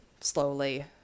slowly